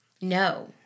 No